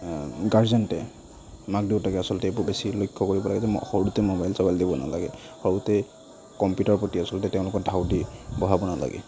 গাৰজেণ্টে মাক দেউতাকে আচলতে এইবোৰ বেছি লক্ষ্য কৰিব লাগে যাতে সৰুতে মোবাইল চোবাইল দিব নালাগে সৰুতে কম্পিউটাৰৰ প্ৰতি আচলতে তেওঁলোকক ধাউতি বঢ়াব নালাগে